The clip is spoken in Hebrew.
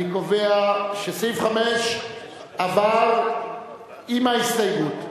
אני קובע שסעיף 5 עבר עם ההסתייגות.